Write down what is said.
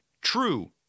true